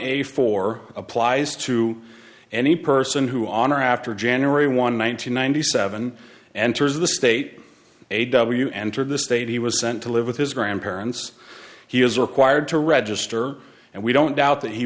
eighty four applies to any person who on or after january one thousand nine hundred ninety seven enters the state a w entered the state he was sent to live with his grandparents he is required to register and we don't doubt that he